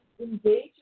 engage